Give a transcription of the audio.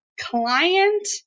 client